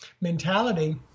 mentality